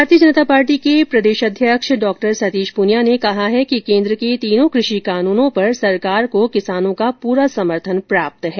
भारतीय जनता पार्टी के प्रदेश अध्यक्ष डॉ सतीश पूनिया ने कहा है कि केंद्र के तीनों कृषि कानून पर सरकार को किसानों का पूरा समर्थन प्राप्त है